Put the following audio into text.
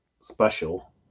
special